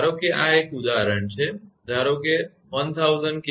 ધારો કે આ એક ઉદાહરણ છે ધારો કે 1000 kVકે